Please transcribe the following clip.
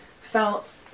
felt